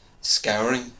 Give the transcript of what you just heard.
scouring